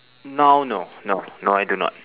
now no no no I do not